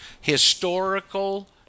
Historical